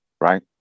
right